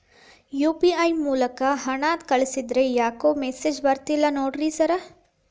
UPI ಮೂಲಕ ಹಣ ಕಳಿಸಿದ್ರ ಯಾಕೋ ಮೆಸೇಜ್ ಬರ್ತಿಲ್ಲ ನೋಡಿ ಸರ್?